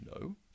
No